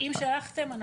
אם שלחתם,